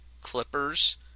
Clippers